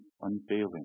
unfailing